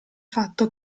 fatto